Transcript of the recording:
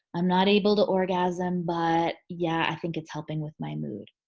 i'm not able to orgasm but yeah, i think it's helping with my mood.